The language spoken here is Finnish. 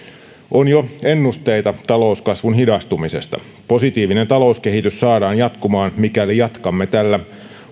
on jo ennusteita talouskasvun hidastumisesta positiivinen talouskehitys saadaan jatkumaan mikäli jatkamme tällä